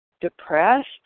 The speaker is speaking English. depressed